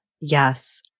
Yes